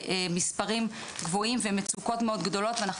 במספרים גבוהים ומצוקות מאוד גדולות ואנחנו